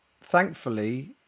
thankfully